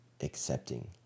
accepting